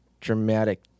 dramatic